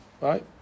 right